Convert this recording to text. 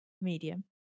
medium